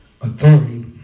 authority